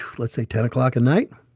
let's say, ten o'clock at night.